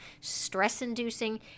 stress-inducing